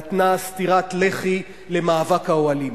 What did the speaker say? נתנה סטירת לחי למאבק האוהלים.